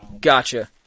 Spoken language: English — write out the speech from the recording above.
gotcha